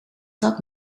dat